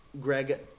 Greg